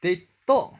they talk